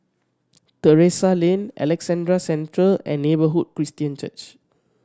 Terrasse Lane Alexandra Central and Neighbourhood Christian Church